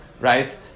right